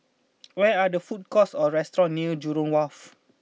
where are the food courts or restaurants near Jurong Wharf